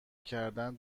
کردن